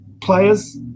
players